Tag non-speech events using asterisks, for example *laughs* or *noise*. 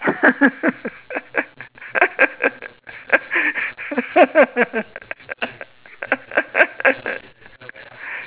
*laughs*